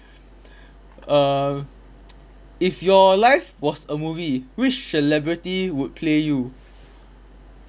uh if your life was a movie which celebrity would play you